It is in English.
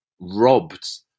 robbed